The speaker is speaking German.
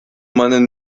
meinen